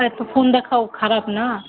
এতো ফোন দেখাও খারাপ না